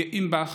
גאים בך,